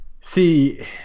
See